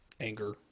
anger